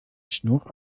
snor